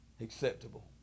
acceptable